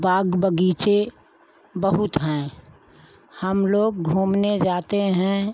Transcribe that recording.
बाग बगीचे बहुत हैं हम लोग घूमने जाते हैं